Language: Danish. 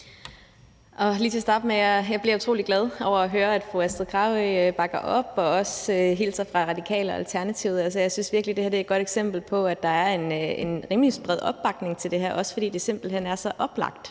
jeg bliver utrolig glad over at høre, at fru Astrid Carøe bakker op og også hilser fra Radikale og Alternativet. Altså, jeg synes virkelig, at det her er et godt eksempel på noget, der er en rimelig bred opbakning til, også fordi det simpelt hen er så oplagt,